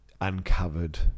uncovered